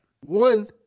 One